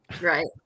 right